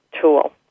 tool